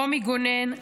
רומי גונן,